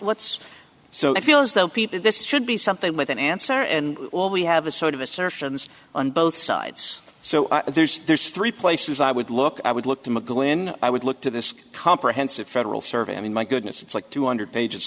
what's so i feel as though people this should be something with an answer and all we have a sort of assertions on both sides so i there's there's three places i would look i would look to mcglynn i would look to this comprehensive federal service i mean my goodness it's like two hundred pages